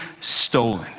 stolen